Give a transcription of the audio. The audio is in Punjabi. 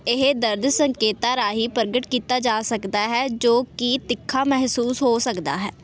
ਇਹ ਦਰਦ ਸੰਕੇਤਾਂ ਰਾਹੀਂ ਪ੍ਰਗਟ ਕੀਤਾ ਜਾ ਸਕਦਾ ਹੈ ਜੋ ਕਿ ਤਿੱਖਾ ਮਹਿਸੂਸ ਹੋ ਸਕਦਾ ਹੈ